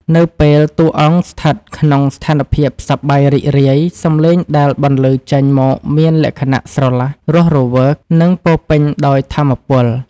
នៅពេលតួអង្គស្ថិតក្នុងស្ថានភាពសប្បាយរីករាយ សំឡេងដែលបន្លឺចេញមកមានលក្ខណៈស្រឡះ រស់រវើក និងពោពេញដោយថាមពល។